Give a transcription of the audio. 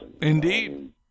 indeed